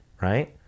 right